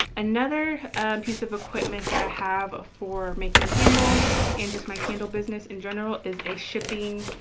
another piece of equipment that i have for making candles and just my candle business in general is a shipping,